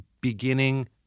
beginning